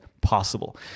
possible